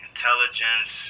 intelligence